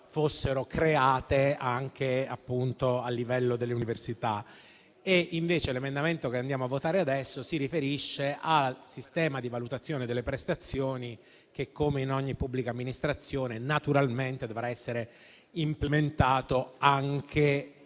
fossero create, appunto, a livello delle università. Invece, l'emendamento che andiamo a votare adesso si riferisce al sistema di valutazione delle prestazioni, che, come in ogni pubblica amministrazione, naturalmente dovrà essere implementato anche